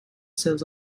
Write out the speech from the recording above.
seus